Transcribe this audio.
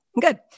Good